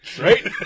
right